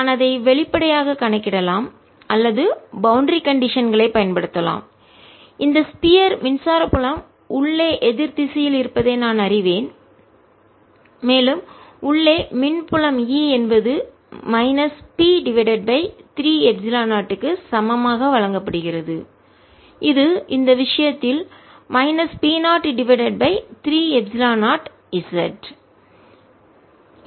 நான் அதை வெளிப்படையாக கணக்கிடலாம் அல்லது பவுண்டரி கண்டிஷன் எல்லை நிலைகள் களை பயன்படுத்தலாம் இந்த ஸ்பியர் கோளத்திற்கான மின்சார புலம் உள்ளே எதிர் திசையில் இருப்பதை நான் அறிவேன் மேலும் உள்ளே மின் புலம் E என்பது minus P divided by 3 epsilon 0 க்கு சமமாக வழங்கப்படுகிறதுஇது இந்த விஷயத்தில் minus P 0 divided by 3 epsilon 0 z